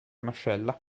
mascella